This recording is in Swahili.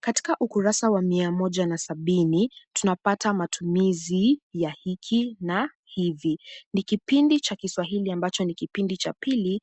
Katika ukurasa wa mia moja na sabini, tunapata matumizi ya hiki na hivi. Ni kipindi cha kiswahili ambacho ni kipindi cha pili